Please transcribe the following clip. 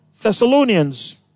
Thessalonians